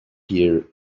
here